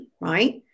right